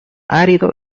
árido